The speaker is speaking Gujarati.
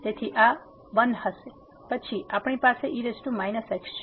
તેથી આ 1 હશે પછી આપણી પાસે e x છે